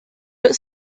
but